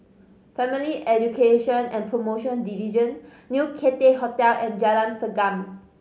Family Education and Promotion Division New Cathay Hotel and Jalan Segam